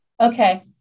Okay